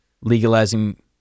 legalizing